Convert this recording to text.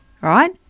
right